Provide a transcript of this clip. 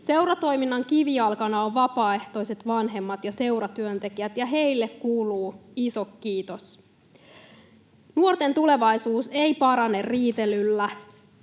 Seuratoiminnan kivijalkana ovat vapaaehtoiset vanhemmat ja seuratyöntekijät, ja heille kuuluu iso kiitos. Nuorten tulevaisuus ei parane riitelyllä